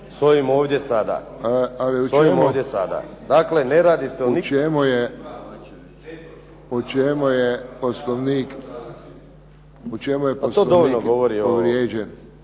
U čemu je Poslovnik povrijeđen.